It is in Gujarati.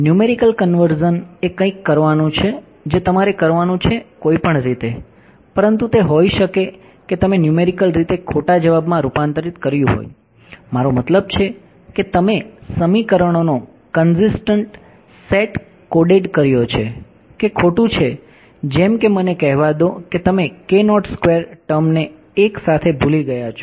ન્યૂમેરિકલ કન્વર્ઝન એ કંઈક કરવાનું છે જે તમારે કરવાનું છે કોઈ પણ રીતે પરંતુ તે હોઈ શકે કે તમે ન્યૂમેરિકલ રીતે ખોટા જવાબમાં રૂપાંતરિત કર્યું હોય મારો મતલબ છે કે તમે સમીકરણોનો કંઝિસ્ટંટ સેટ કોડેડ કર્યો છે કે ખોટું છે જેમ કે મને કહેવા દો કે તમે ટર્મને એકસાથે ભૂલી ગયા છો